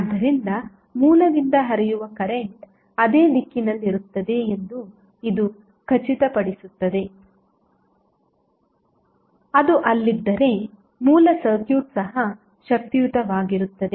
ಆದ್ದರಿಂದ ಮೂಲದಿಂದ ಹರಿಯುವ ಕರೆಂಟ್ ಅದೇ ದಿಕ್ಕಿನಲ್ಲಿರುತ್ತದೆ ಎಂದು ಇದು ಖಚಿತಪಡಿಸುತ್ತದೆ ಅದು ಅಲ್ಲಿದ್ದರೆ ಮೂಲ ಸರ್ಕ್ಯೂಟ್ ಸಹ ಶಕ್ತಿಯುತವಾಗಿರುತ್ತದೆ